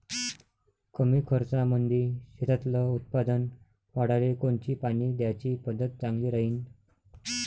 कमी खर्चामंदी शेतातलं उत्पादन वाढाले कोनची पानी द्याची पद्धत चांगली राहीन?